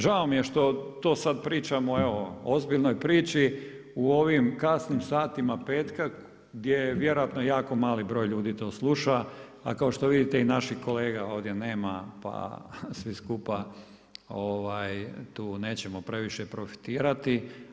Žao mi je što to sada pričamo evo o ozbiljnoj priči u ovim kasnim satima petka gdje je vjerojatno jako mali broj ljudi to sluša, a kao što vidite i naših kolega ovdje nema pa svi skupa tu nećemo previše profitirati.